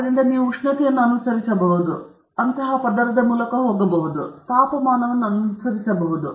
ಆದ್ದರಿಂದ ನೀವು ಉಷ್ಣತೆಯನ್ನು ಅನುಸರಿಸಬಹುದು ಪದರದ ಮೂಲಕ ಹೋಗಬಹುದು ಮತ್ತು ನೀವು ತಾಪಮಾನವನ್ನು ಅನುಸರಿಸಬಹುದು